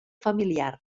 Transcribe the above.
familiar